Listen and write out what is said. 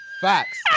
Facts